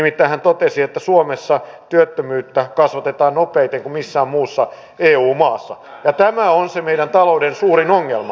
nimittäin hän totesi että suomessa työttömyyttä kasvatetaan nopeammin kuin missään muussa eu maassa ja tämä on se meidän taloutemme suurin ongelma